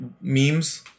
memes